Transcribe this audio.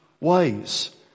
ways